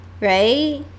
right